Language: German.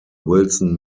wilson